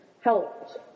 helped